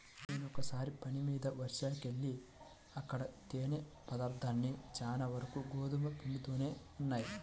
నేనొకసారి పని మీద ఒరిస్సాకెళ్తే అక్కడ తినే పదార్థాలన్నీ చానా వరకు గోధుమ పిండితోనే ఉన్నయ్